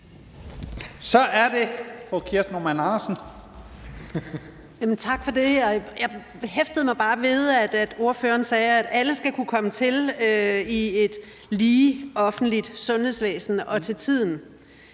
Kl. 12:29 Kirsten Normann Andersen (SF): Tak for det. Jeg hæftede mig bare ved, at ordføreren sagde, at alle skal kunne komme til i et lige offentligt sundhedsvæsen og komme